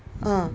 mm